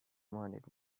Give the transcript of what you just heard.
wanted